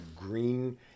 green